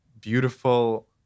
beautiful